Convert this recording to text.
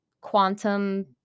quantum